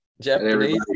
Japanese